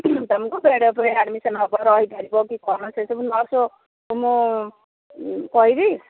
ତୁମକୁ ବେଡ୍ ଉପରେ ଆଡମିସନ ହେବ ରହିପାରିବ କି କ'ଣ ସେଇସବୁ ନର୍ସକୁ ମୁଁ କହିବି